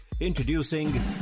Introducing